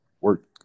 work